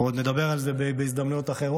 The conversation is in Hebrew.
אנחנו עוד נדבר על זה בהזדמנויות אחרות,